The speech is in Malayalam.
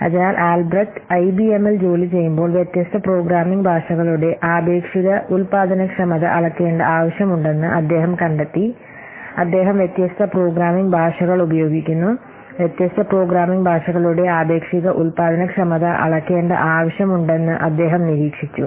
അതിനാൽ ആൽബ്രെക്റ്റ് ഐബിഎമ്മിൽ ജോലിചെയ്യുമ്പോൾ വ്യത്യസ്ത പ്രോഗ്രാമിംഗ് ഭാഷകളുടെ ആപേക്ഷിക ഉൽപാദനക്ഷമത അളക്കേണ്ട ആവശ്യമുണ്ടെന്ന് അദ്ദേഹം കണ്ടെത്തി അദ്ദേഹം വ്യത്യസ്ത പ്രോഗ്രാമിംഗ് ഭാഷകൾ ഉപയോഗിക്കുന്നു വ്യത്യസ്ത പ്രോഗ്രാമിംഗ് ഭാഷകളുടെ ആപേക്ഷിക ഉൽപാദനക്ഷമത അളക്കേണ്ട ആവശ്യമുണ്ടെന്ന് അദ്ദേഹം നിരീക്ഷിച്ചു